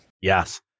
Yes